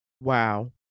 wow